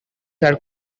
are